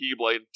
Keyblade